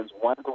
one